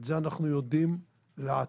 את זה אנחנו יודעים להעתיק,